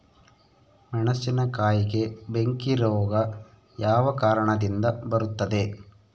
ಮೆಣಸಿನಕಾಯಿಗೆ ಬೆಂಕಿ ರೋಗ ಯಾವ ಕಾರಣದಿಂದ ಬರುತ್ತದೆ?